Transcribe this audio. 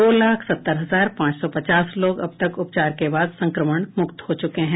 दो लाख सत्तर हजार पांच सौ पचास लोग अब तक उपचार के बाद संक्रमण मुक्त हो चुके हैं